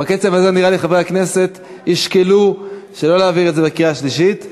בקצב הזה נראה לי שחברי הכנסת ישקלו שלא להעביר את זה לקריאה שלישית.